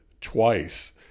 twice